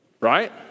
Right